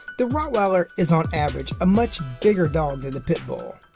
the rottweiler is on average a much bigger dog than the pit bull.